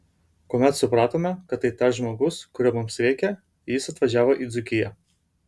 kuomet supratome kad tai tas žmogus kurio mums reikia jis atvažiavo į dzūkiją